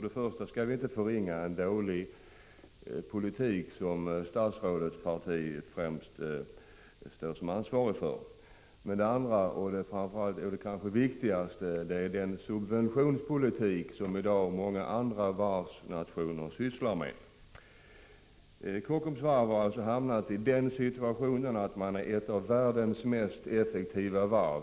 Dels skall vi inte förringa en dålig politik, som statsrådets parti har det största ansvaret för, dels beror det på den subventionspolitik som i dag många andra varvsnationer tillämpar. Kockums varv är ett av världens mest effektiva varv.